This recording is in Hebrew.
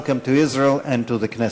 Welcome to Israel and to the Knesset.